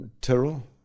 Terrell